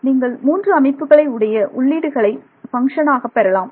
நீங்கள் மூன்று அமைப்புகளை உடைய உள்ளீடுகளை பங்க்ஷன் ஆக பெறலாம்